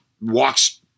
walks